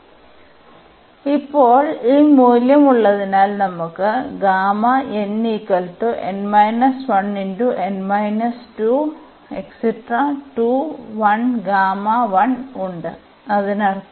അതിനാൽ ഇപ്പോൾ ഈ മൂല്യം ഉള്ളതിനാൽ നമുക്ക് ഉണ്ട് അതിനർത്ഥം